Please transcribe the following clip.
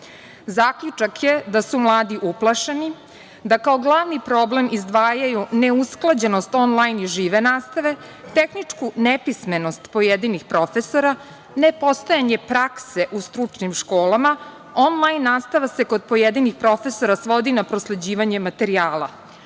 pandemije. Zaključak je da su mladi uplašeni, da kao glavni problem izdvajaju neusklađenost onlajn i žive nastave, tehničku nepismenost pojedinih profesora, nepostojanje prakse u stručnim školama. Onlajn nastava se kod pojedinih profesora svodi na prosleđivanje materijala.